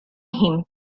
him